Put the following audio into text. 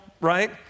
right